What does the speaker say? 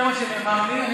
זה מה שנאמר לי.